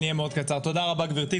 אני אהיה מאוד קצר, תודה רבה גברתי.